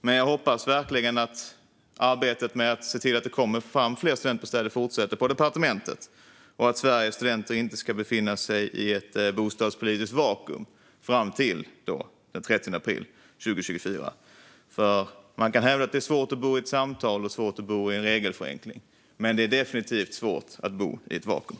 Men jag hoppas verkligen att arbetet på departementet med att se till att det kommer fram fler studentbostäder fortsätter, så att Sveriges studenter inte ska behöva befinna sig i ett bostadspolitiskt vakuum fram till den 30 april 2024. Man kan hävda att det är svårt att bo i ett samtal och i en regelförenkling, men det är definitivt svårt att bo i ett vakuum.